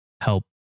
help